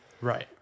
Right